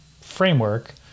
framework